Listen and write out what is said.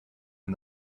and